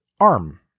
arm